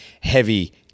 heavy